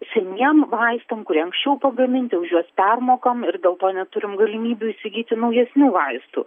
seniem vaistam kurie anksčiau pagaminti už juos permokam ir dėl to neturim galimybių įsigyti naujesnių vaistų